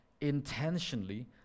intentionally